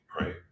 right